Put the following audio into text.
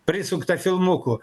prisukta filmukų